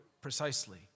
precisely